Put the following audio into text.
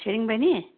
छिरिङ बहिनी